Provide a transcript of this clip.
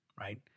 right